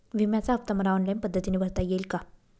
विम्याचा हफ्ता मला ऑनलाईन पद्धतीने भरता येईल का?